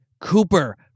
cooper